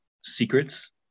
secrets